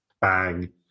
bang